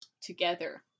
Together